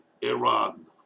Iran